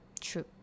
true